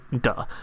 Duh